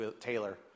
Taylor